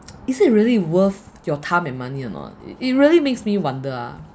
is it really worth your time and money or not it it really makes me wonder lah